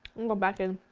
i'm going back in.